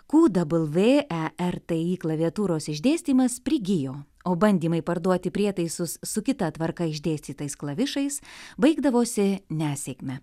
ku dabl vė e r t i klaviatūros išdėstymas prigijo o bandymai parduoti prietaisus su kita tvarka išdėstytais klavišais baigdavosi nesėkme